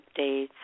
updates